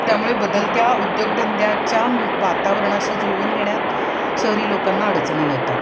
त्यामुळे बदलत्या उद्योगधंद्याच्या वातावरणाशी जुळवून घेण्यात शहरी लोकांना अडचणी येतात